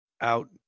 out